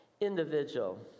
individual